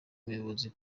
umuyobozi